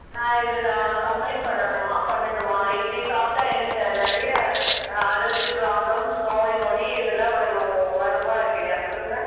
நான் இதை நான் கம்ப்ளைண்ட் பண்ணணுமா பண்ணட்டுமா இப்படி சாப்பிட்டா என்ன நிறைய அலர்ஜி ப்ராப்ளம்ஸ் நோய் நொடி இதலாம் வரும் வருமா இல்லையா சொல்லுங்கள்